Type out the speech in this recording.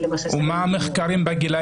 מה מראים המחקרים בגילאי